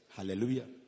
Hallelujah